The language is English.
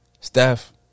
Steph